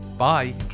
Bye